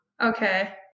Okay